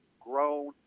grown